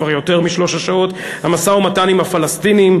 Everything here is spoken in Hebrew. כבר יותר משלוש שעות: המשא-ומתן עם הפלסטינים,